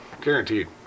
guaranteed